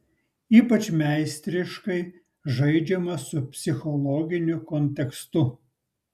ypač meistriškai žaidžiama su psichologiniu kontekstu